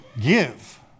give